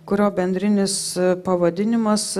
kurio bendrinis pavadinimas